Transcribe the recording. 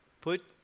Put